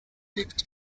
lived